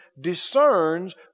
Discerns